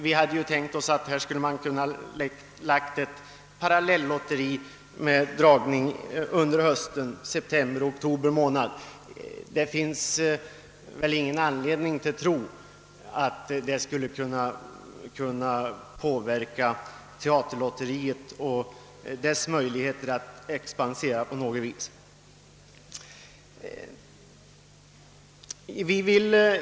Vi har tänkt oss att dragningen i detta parallellotteri skulle äga rum under hösten, i september eller oktober månad. Det finns ingen anledning att befara att ett sådant lotteri skulle påverka teaterlotteriets möjligheter att expandera.